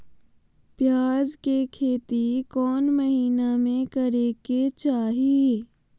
प्याज के खेती कौन महीना में करेके चाही?